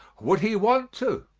would he want to?